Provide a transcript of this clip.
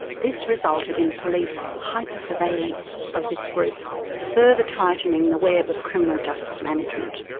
this resulted in police hyper-surveillance of this group further tightening the web of criminal justice management.